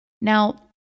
Now